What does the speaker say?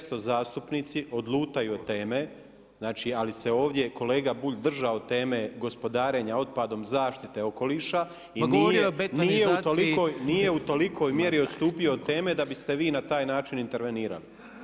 Često zastupnici odlutaju od teme ali se ovdje kolega Bulj držao teme gospodarenje otpadom, zaštite okoliša i nije u tolikoj mjeri odstupio od teme da biste vi na taj način intervenirali.